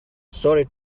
sorry